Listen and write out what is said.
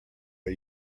are